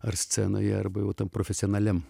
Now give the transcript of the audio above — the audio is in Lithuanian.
ar scenoje arba jau tam profesionaliam